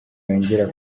yongera